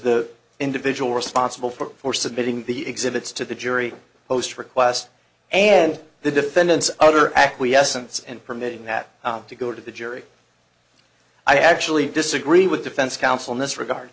the individual responsible for submitting the exhibits to the jury post requests and the defendant's other acquiescence and permitting that to go to the jury i actually disagree with defense counsel in this regard